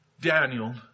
Daniel